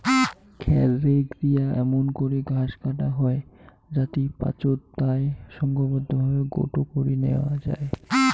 খ্যার রেক দিয়া এমুন করি ঘাস কাটা হই যাতি পাচোত তায় সংঘবদ্ধভাবে গোটো করি ন্যাওয়া যাই